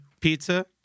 pizza